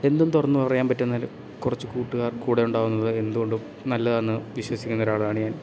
എന്തും തുറന്നു അറിയാൻ പറ്റുന്നതിൽ കുറച്ച് കൂട്ടുകാർ കൂടെ ഉണ്ടാവുന്നത് എന്തുകൊണ്ടും നല്ലത് എന്ന് വിശ്വസിക്കുന്ന ഒരാളാണ് ഞാൻ